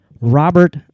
Robert